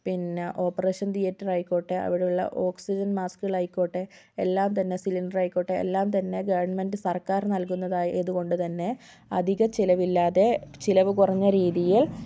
പിന്ന operation theatre ആയിക്കോട്ടെ അവിടെ ഉള്ള ഓക്സിജൻ മാസ്കുകൾ ആയിക്കോട്ടെ എല്ലാം തന്നെ സിലിണ്ടർ ആയിക്കോട്ടെ എല്ലാം തന്നെ ഗവെർന്മെന്റ് സർക്കാർ നല്കുന്നതായത് ആയത് കൊണ്ട് തന്നെ അധിക ചിലവില്ലാതെ ചിലവ് കുറഞ്ഞ രീതിയിൽ